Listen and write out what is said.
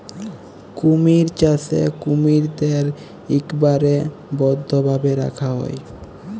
কুমির চাষে কুমিরদ্যার ইকবারে বদ্ধভাবে রাখা হ্যয়